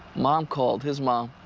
mom called. his mom.